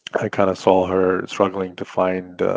i kind of saw her struggling to find,